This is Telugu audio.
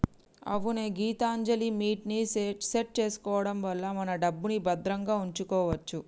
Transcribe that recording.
అవునే గీతాంజలిమిట్ ని సెట్ చేసుకోవడం వల్ల మన డబ్బుని భద్రంగా ఉంచుకోవచ్చు